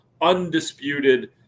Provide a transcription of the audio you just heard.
undisputed